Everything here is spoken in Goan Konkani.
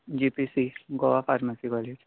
G P C Goa pharmacy college